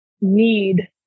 need